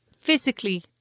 physically